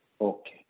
Okay